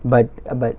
but uh but